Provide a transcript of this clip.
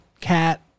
cat